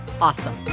awesome